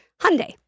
Hyundai